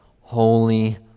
holy